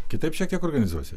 kitaip šiek tiek organizuosi